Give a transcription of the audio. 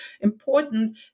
important